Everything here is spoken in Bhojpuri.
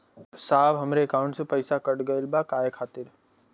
साहब हमरे एकाउंट से पैसाकट गईल बा काहे खातिर?